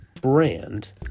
brand